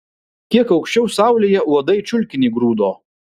kiek aukščiau saulėje uodai čiulkinį grūdo